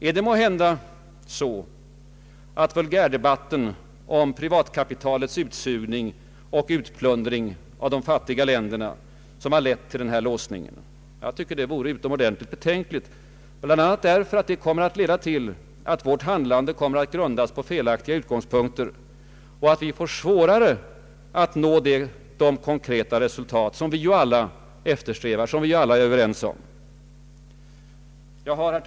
är det måhända vulgärdebatten om privatkapitalets utsugning och utplundring av de fattiga länderna som lett till denna låsning? Det vore utomordentligt betänkligt, bl.a. därför att det 1eder till att vårt handlande grundas på felaktiga utgångspunkter och att vi får svårare att nå de konkreta resultat vi alla eftersträvar och är överens om. Herr talman!